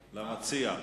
למציע.